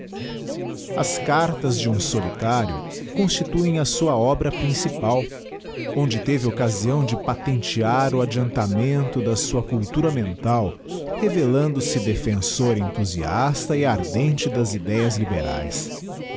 as cartas de um solitário constituem a sua obra principal onde teve occasiâo de patentear o adeantamento da sua cultura mental rev lando se defensor enthusiasta e ardente das idéas liberaes